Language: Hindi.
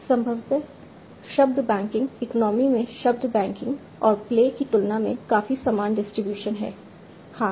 संभवतः शब्द बैंकिंग इकोनमी में शब्द बैंकिंग और प्ले की तुलना में काफी समान डिस्ट्रीब्यूशन है हाँ